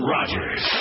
Rogers